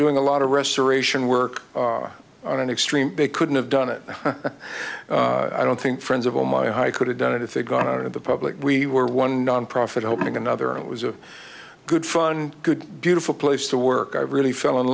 doing a lot of restoration work on an extreme they couldn't have done it i don't think friends of all my high could have done it if they got out of the public we were one nonprofit opening another and it was a good fun good beautiful place to work i really fell in